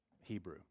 Hebrew